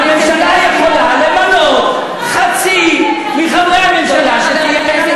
הממשלה יכולה למנות חצי מחברי הממשלה שיהיו נשים.